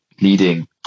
leading